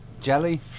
Jelly